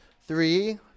three